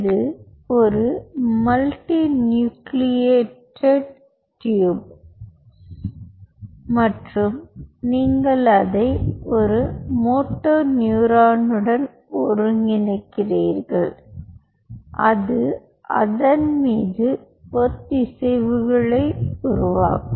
இது ஒரு multi nucleated tube மற்றும் நீங்கள் அதை ஒரு மோட்டோனியூரானுடன் ஒருங்கிணைக்கிறீர்கள் அது அதன் மீது ஒத்திசைவுகளை உருவாக்கும்